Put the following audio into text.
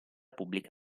pubblica